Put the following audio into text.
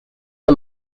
the